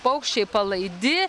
paukščiai palaidi